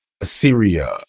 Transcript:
Assyria